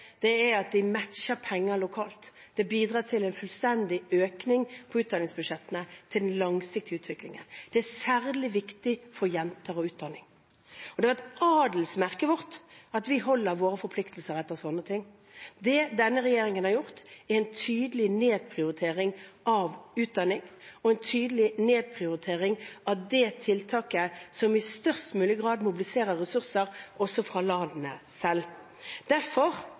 er at de matcher penger lokalt. Det bidrar til en fullstendig økning på utdanningsbudsjettene til den langsiktige utviklingen. Det er særlig viktig for jenter og utdanning. Det er adelsmerket vårt at vi holder våre forpliktelser etter sånne ting. Det denne regjeringen har gjort, er en tydelig nedprioritering av utdanning og en tydelig nedprioritering av det tiltaket som i størst mulig grad mobiliserer ressurser også fra landene selv. Derfor